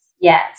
Yes